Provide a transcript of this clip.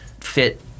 fit